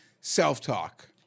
self-talk